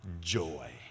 joy